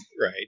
right